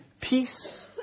peace